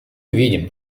видим